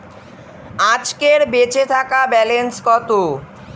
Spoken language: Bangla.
আজকের বেচে থাকা ব্যালেন্স কত?